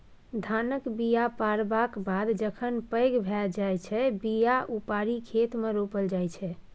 धानक बीया पारबक बाद जखन पैघ भए जाइ छै बीया उपारि खेतमे रोपल जाइ छै